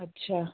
अच्छा